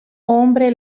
hombre